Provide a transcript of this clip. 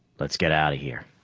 let's get out of here.